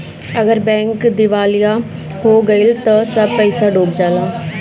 अगर बैंक दिवालिया हो गइल त सब पईसा डूब जाला